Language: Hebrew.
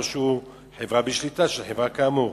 או שהוא חברה בשליטה של חברה כאמור.